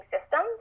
systems